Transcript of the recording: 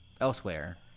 elsewhere